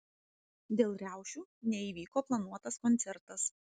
dėl riaušių neįvyko planuotas koncertas